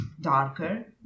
darker